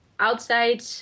Outside